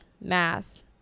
math